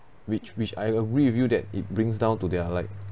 which which I agree with you that it brings down to their like